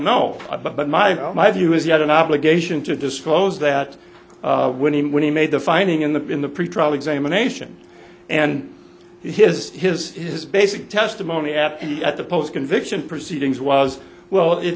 know about but my my view is he had an obligation to disclose that when he when he made the finding in the in the pretrial examination and his his his basic testimony at the at the post conviction proceedings was well it